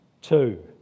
two